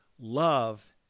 love